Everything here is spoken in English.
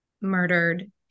murdered